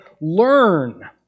learn